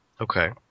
Okay